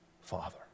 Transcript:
Father